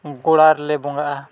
ᱜᱳᱲᱟ ᱨᱮᱞᱮ ᱵᱚᱸᱜᱟᱜᱼᱟ